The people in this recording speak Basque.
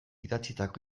idatzitako